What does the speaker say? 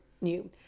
new